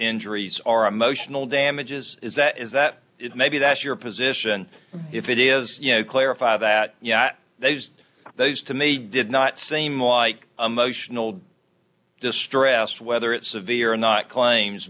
injuries our emotional damages is that is that it may be that your position if it is you know clarify that yet they just those to me did not seem like a motional distress whether it's severe or not claims